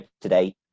today